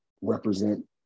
represent